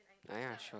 ah ya sure